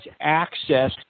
access